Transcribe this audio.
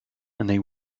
they